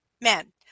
men